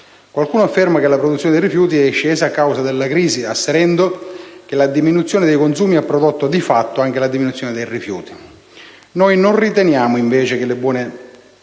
Qualcuno afferma che la produzione dei rifiuti è scesa a causa della crisi, asserendo che la diminuzione dei consumi ha prodotto, di fatto, anche la diminuzione dei rifiuti. Noi non riteniamo che sia questa